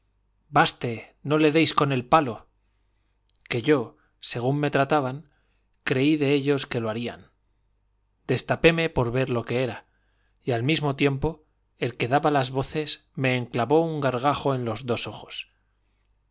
baste no le déis con el palo que yo según me trataban creí de ellos que lo harían destapéme por ver lo que era y al mismo tiempo el que daba las voces me enclavó un gargajo en los dos ojos